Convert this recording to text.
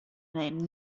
name